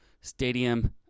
stadium